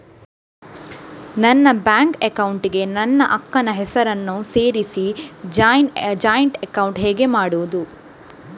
ನನ್ನ bank account ಗೆ ನನ್ನ ಅಕ್ಕ ನ ಹೆಸರನ್ನ ಸೇರಿಸಿ ಜಾಯಿನ್ ಅಕೌಂಟ್ ಹೇಗೆ ಮಾಡುದು?